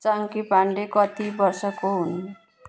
chunky Panday कति वर्षको हुन्